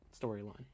storyline